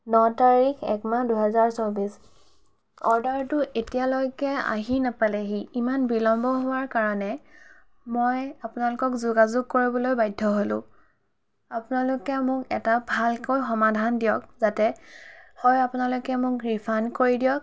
ন তাৰিখ এক মাহ দুহেজাৰ চৌব্বিছ অৰ্ডাৰটো এতিয়ালৈকে আহি নাপালেহি ইমান বিলম্ব হোৱাৰ কাৰণে মই আপোনালোকক যোগাযোগ কৰিবলৈ বাধ্য হ'লো আপোনালোকে মোক এটা ভালকৈ সমাধান দিয়ক যাতে হয় আপোনালোকে মোক ৰিফাণ্ড কৰি দিয়ক